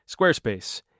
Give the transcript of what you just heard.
Squarespace